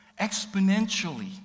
exponentially